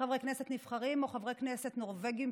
חברי כנסת נבחרים או חברי כנסת נורבגים,